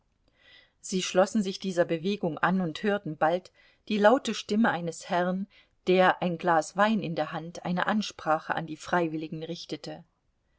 sie schlossen sich dieser bewegung an und hörten bald die laute stimme eines herrn der ein glas wein in der hand eine ansprache an die freiwilligen richtete